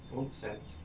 !oops! sent